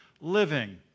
living